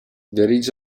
dirige